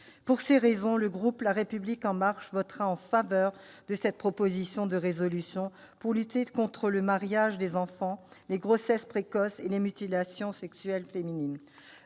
Pour ces raisons, le groupe La République En Marche votera en faveur de cette proposition de résolution pour lutter contre le mariage des enfants, les grossesses précoces et les mutilations sexuelles féminines.